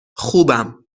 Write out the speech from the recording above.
خوبم